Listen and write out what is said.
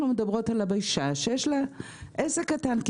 אנחנו מדברות על אישה שיש לה עסק קטן והיא